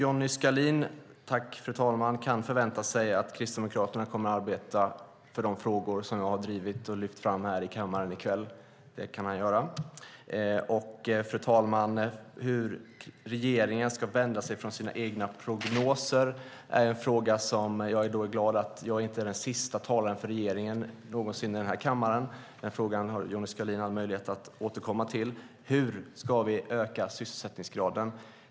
Fru talman! Johnny Skalin kan förvänta sig att Kristdemokraterna kommer att arbeta för de frågor som jag har drivit och lyft fram här i kammaren i kväll. Hur regeringen ska vända sig från sina egna prognoser är en fråga som jag är glad att jag inte är den sista talaren för regeringen någonsin i den här kammaren som ska svara på. Den frågan har Johnny Skalin alla möjligheter att återkomma till. Hur ska vi öka sysselsättningsgraden?